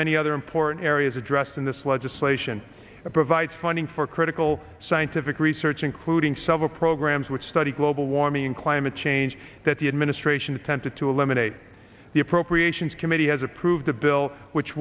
many other important areas addressed in this legislation provides funding for will scientific research including several programs which study global warming and climate change that the administration attempted to eliminate the appropriations committee has approved a bill which